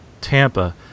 Tampa